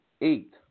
eight